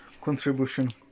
contribution